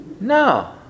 no